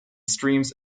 streams